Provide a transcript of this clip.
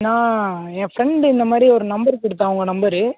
நான் என் ஃப்ரெண்டு இந்த மாதிரி ஒரு நம்பர் கொடுத்தான் உங்கள் நம்பரு